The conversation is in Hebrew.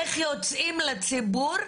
איך יוצאים לציבור,